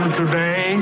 today